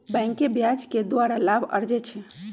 बैंके ब्याज के द्वारा लाभ अरजै छै